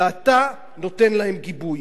ואתה נותן להן גיבוי.